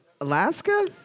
Alaska